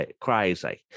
crazy